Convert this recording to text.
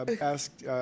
asked